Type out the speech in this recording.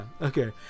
Okay